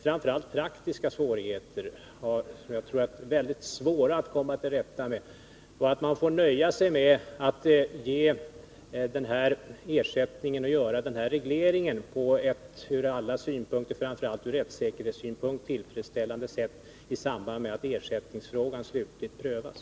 Det skulle betyda väldigt svåra praktiska problem att komma till rätta med. Man får nöja sig med att göra den här regleringen på ett ur alla synpunkter — men framför allt ur rättssäkerhetssynpunkt — tillfredsställande sätt i samband med att ersättningsfrågan slutligt prövas.